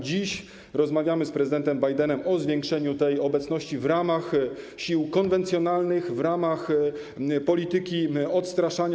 Dziś rozmawiamy z prezydentem Bidenem o zwiększeniu tej obecności w ramach sił konwencjonalnych, w ramach polityki odstraszania.